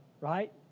Right